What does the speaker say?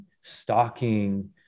stalking